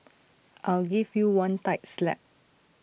I'll give you one tight slap